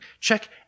Check